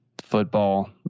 football